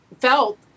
felt